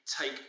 take